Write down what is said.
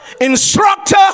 instructor